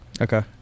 Okay